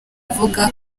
avuga